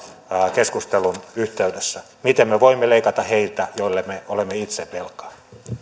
keskustelun yhteydessä miten me voimme leikata heiltä joille me olemme itse velkaa